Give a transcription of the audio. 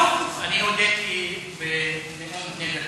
הודיתי בנאום בן דקה.